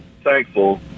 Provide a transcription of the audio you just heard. thankful